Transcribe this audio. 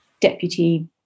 Deputy